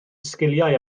sgiliau